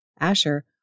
Asher